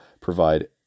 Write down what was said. provide